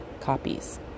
copies